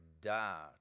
die